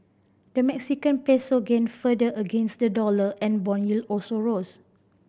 the Mexican Peso gained further against the dollar and bond yield also rose